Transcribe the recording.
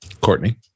Courtney